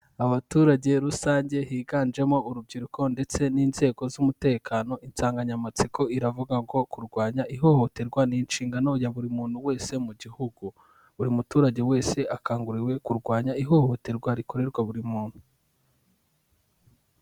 Abaturage rusange higanjemo urubyiruko ndetse n'inzego z'umutekano, insanganyamatsiko iravuga ngo kurwanya ihohoterwa ni inshingano ya buri muntu wese mu gihugu, buri muturage wese akanguriwe kurwanya ihohoterwa rikorerwa buri muntu.